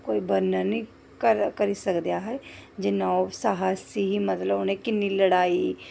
कोई वर्णन निं करी सकदे अस जि'न्ना ओह् साहस ही मतलब उ'नें कि'न्नी लड़ाई